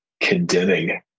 condemning